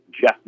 Jeff